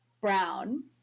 Brown